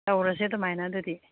ꯇꯧꯔꯁꯦ ꯑꯗꯨꯃꯥꯏꯅ ꯑꯗꯨꯗꯤ